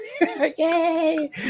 yay